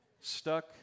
stuck